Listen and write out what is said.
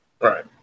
right